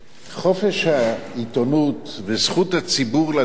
חופש העיתונות וזכות הציבור לדעת